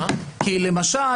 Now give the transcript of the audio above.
כי למשל,